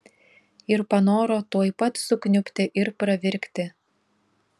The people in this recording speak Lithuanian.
ir panoro tuoj pat sukniubti ir pravirkti